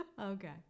Okay